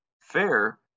fair